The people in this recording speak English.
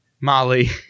Molly